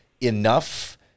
enough